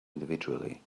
individually